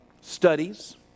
studies